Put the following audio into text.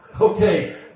Okay